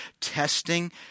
testing